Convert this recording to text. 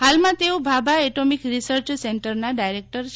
હાલમાં તેઓ Bhabha atomic research સેન્ટરના ડાયરેક્ટ છે